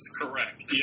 Correct